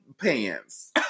pants